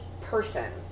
person